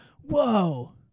whoa